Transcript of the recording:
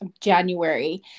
January